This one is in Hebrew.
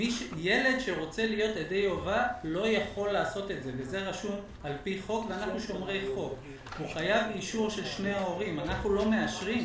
לילדים, למה על פי דרישת הממשלה הסרתם